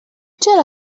چرا